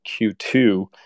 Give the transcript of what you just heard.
Q2